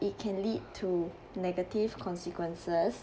it can lead to negative consequence